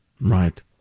Right